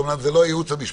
אמנם זה לא הייעוץ המשפטי,